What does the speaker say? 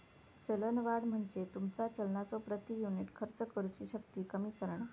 चलनवाढ म्हणजे तुमचा चलनाचो प्रति युनिट खर्च करुची शक्ती कमी करणा